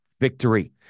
victory